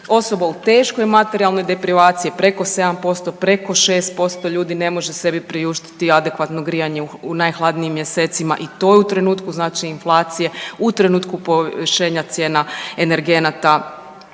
osoba u teškoj materijalnoj deprivaciji je preko 7%, preko 6% ljudi ne može sebi priuštiti adekvatno grijanje u najhladnijim mjesecima i to je u trenutku znači inflacije, u trenutku povišenja cijena energenata,